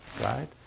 Right